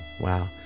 Wow